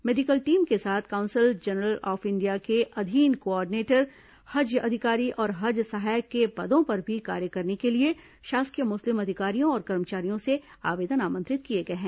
medical team के साथ consul general of India के अधीन को ऑडिनेटर हज अधिकारी और हज सहायक के पदों पर भी कार्य करने के लिए शासकीय मुस्लिम अधिकारियों और कर्मचारियों से आवेदन आमंत्रित किए गए हैं